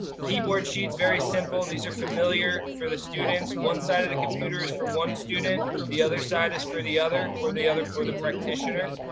keyboard sheets, very simple. these are familiar for the students. one side of the computer is for one student, the other side is for the other or the other or the practitioner.